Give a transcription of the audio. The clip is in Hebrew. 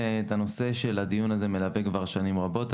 את הנושא של הדיון הזה מלווה כבר שנים רבות,